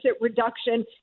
reduction